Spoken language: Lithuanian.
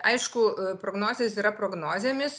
aišku prognozės yra prognozėmis